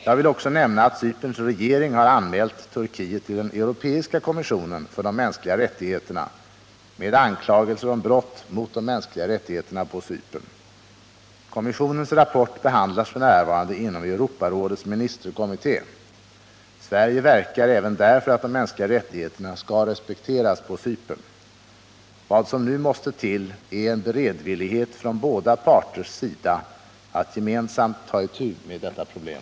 Jag vill också nämna att Cyperns regering har anmält Turkiet till den europeiska kommissionen för de mänskliga rättigheterna på Cypern. Kommissionens rapport behandlas f. n. inom Europarådets ministerkommitté. Sverige verkar även där för att de mänskliga rättigheterna skall respekteras på Cypern. Vad som nu måste till är en beredvillighet från båda parters sida att gemensamt ta itu med detta problem.